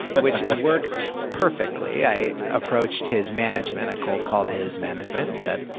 which worked perfectly. i approached his management i cold-called his management and said,